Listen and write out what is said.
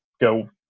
go